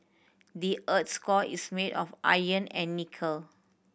the earth's core is made of iron and nickel